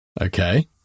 Okay